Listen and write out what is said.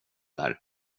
där